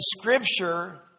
scripture